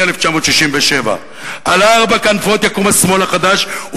לפני 1967. על ארבע כנפות יקום השמאל החדש,